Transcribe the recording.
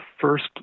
first